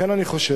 לכן אני חושב